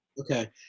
Okay